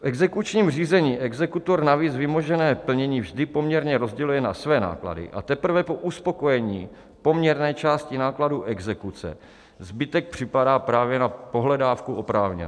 V exekučním řízení exekutor navíc vymožené plnění vždy poměrně rozděluje na své náklady a teprve po uspokojení poměrné části nákladů exekuce zbytek připadá právě na pohledávku oprávněného.